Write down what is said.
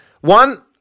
one